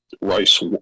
Rice